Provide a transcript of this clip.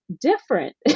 different